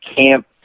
camp